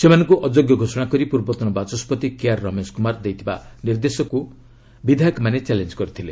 ସେମାନଙ୍କୁ ଅଯୋଗ୍ୟ ଘୋଷଣା କରି ପୂର୍ବତନ ବାଚସ୍କତି କେଆର୍ ରମେଶ କୁମାର ଦେଇଥିବା ନିର୍ଦ୍ଦେଶକକୁ ବିଧାୟକମାନେ ଚ୍ୟାଲେଞ୍ଜ କରିଥିଲେ